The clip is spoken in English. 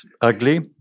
ugly